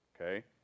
Okay